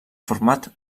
format